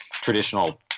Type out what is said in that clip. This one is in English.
traditional